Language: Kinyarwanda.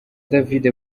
david